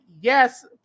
yes